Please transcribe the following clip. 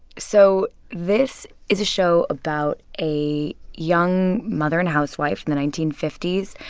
so this is a show about a young mother and a housewife in the nineteen fifty s.